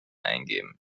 eingeben